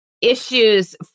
issues